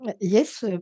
Yes